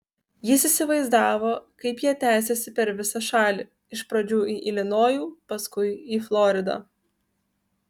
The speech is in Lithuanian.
jis įsivaizdavo kaip jie tęsiasi per visą šalį iš pradžių į ilinojų paskui į floridą